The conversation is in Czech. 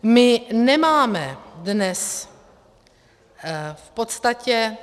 My nemáme dnes v podstatě...